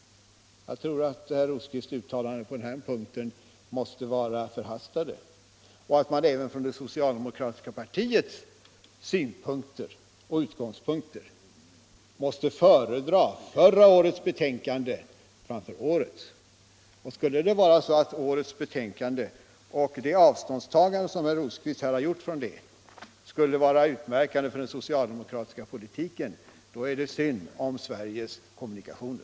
Jag tror att herr Rosqvists uttalande på den här punkten måste vara förhastat och att man även från det socialdemokratiska partiets utgångspunkt måste föredra förra årets betänkande framför årets. Skulle det vara så att det avståndstagande som herr Rosqvist här har gjort från förra årets betänkande är utmärkande för den socialdemokratiska politiken. då är det synd om Sveriges kommunikationer.